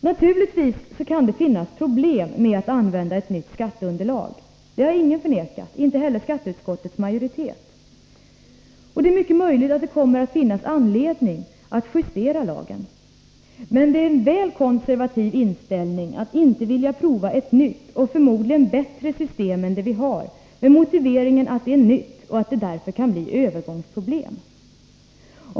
Naturligtvis kan det finnas problem med att använda ett nytt skatteunderlag. Det har ingen förnekat, inte heller skatteutskottets majoritet. Det är mycket möjligt att det kommer att finnas anledning att justera lagen. Men det är en väl konservativ inställning att inte vilja prova ett nytt och förmodligen bättre system än det vi har med motiveringen att det är nytt och att det därför kan bli övergångsproblem.